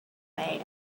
way